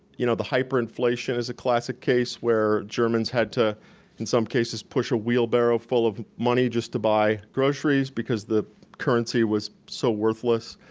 you know the hyper-inflation is a classic case, where germans had to in some cases push a wheelbarrow full of money just to buy groceries because the currency was so worthless.